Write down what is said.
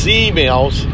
emails